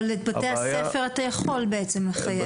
אבל את בתי הספר אתה יכול בעצם לחייב לצאת.